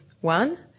one